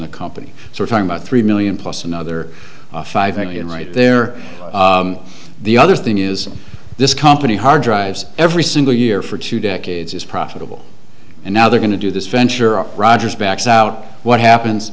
the company we're talking about three million plus another five million right there the other thing is this company hard drives every single year for two decades is profitable and now they're going to do this venture or rogers backs out what happens